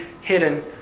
hidden